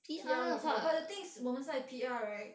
P_R 好 but the thing is 我们在 P_R right